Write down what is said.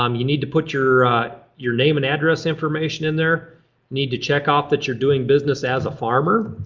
um you need to put your your name and address information in there. you need to check off that you're doing business as a farmer.